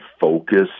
focus